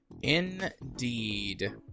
Indeed